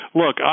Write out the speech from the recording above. look